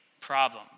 problem